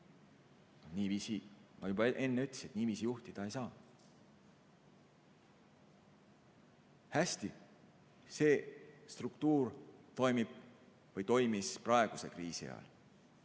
Ma juba enne ütlesin, et niiviisi juhtida ei saa. Hästi, see struktuur toimib või toimis praeguse kriisi ajal.